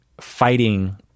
fighting